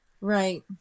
Right